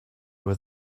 with